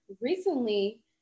recently